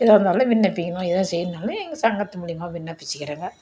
எதுவாக இருந்தாலும் விண்ணப்பிக்கணும் எதாவது செய்யணுன்னாலும் எங்கள் சங்கத்து மூலியமாக விண்ணப்பிச்சிக்கிறேங்க